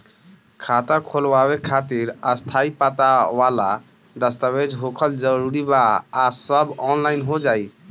खाता खोलवावे खातिर स्थायी पता वाला दस्तावेज़ होखल जरूरी बा आ सब ऑनलाइन हो जाई?